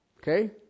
Okay